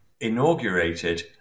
inaugurated